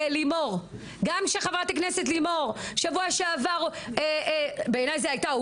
גם כשחברת הכנסת לימור שבוע שעבר בעיני זה הייתה,